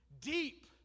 deep